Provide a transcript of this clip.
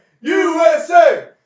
USA